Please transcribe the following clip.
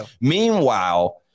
Meanwhile